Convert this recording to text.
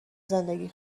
زندگی